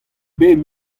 bet